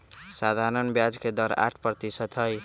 सधारण ब्याज के दर आठ परतिशत हई